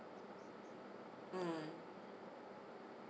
mm